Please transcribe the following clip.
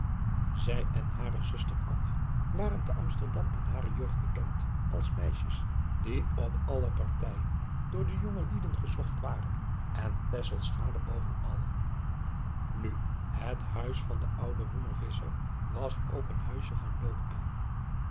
zij en hare zuster anna waren te amsterdam in hare jeugd bekend als meisjes die op alle partijen door de jongelieden gezocht waren en tesselschade boven al nu het huis van den ouden roemer visscher was ook een huisje van loop aan